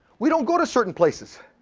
we don't go to certain places,